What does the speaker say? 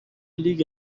لیگ